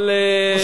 אבל,